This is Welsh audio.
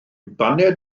baned